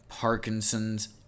Parkinson's